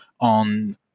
on